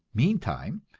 meantime,